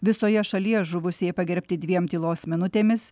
visoje šalyje žuvusieji pagerbti dviem tylos minutėmis